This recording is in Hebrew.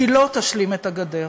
כי לא תשלים את הגדר.